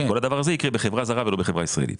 כל הדבר הזה יקרה בחברה זרה ולא בחברה ישראלית.